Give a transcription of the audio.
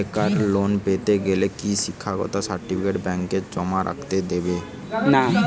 বেকার লোন পেতে গেলে কি শিক্ষাগত সার্টিফিকেট ব্যাঙ্ক জমা রেখে দেবে?